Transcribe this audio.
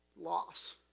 loss